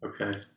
okay